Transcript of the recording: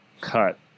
cut